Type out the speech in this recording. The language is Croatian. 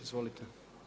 Izvolite.